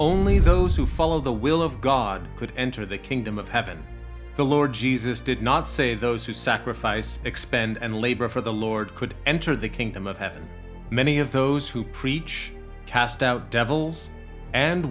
only those who follow the will of god could enter the kingdom of heaven the lord jesus did not say those who sacrifice expend and labor for the lord could enter the kingdom of heaven many of those who preach cast out devils and